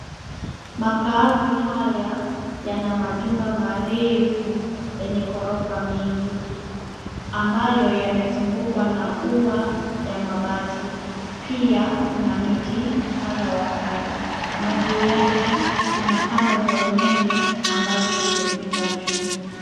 Makaazi haya yana majumba marefu yenye ghorofa mingi ambayo yamezungukwa na ua ya mabati. Pia kuna miti kadha wa kadha na juu yake kuna kamba za umeme ambazo zimepita juu.